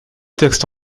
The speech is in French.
texte